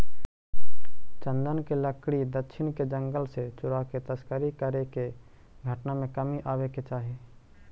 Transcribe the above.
चन्दन के लकड़ी दक्षिण के जंगल से चुराके तस्करी करे के घटना में कमी आवे के चाहि